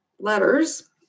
letters